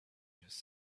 just